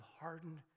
hardened